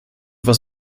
was